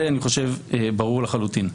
אני חושב שזה ברור לחלוטין.